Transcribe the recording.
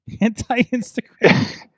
anti-instagram